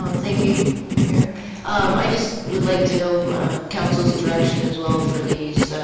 thank you i just would like to know council's direction as well for these